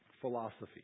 Philosophy